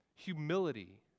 humility